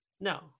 no